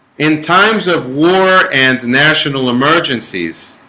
in times of war and national emergencies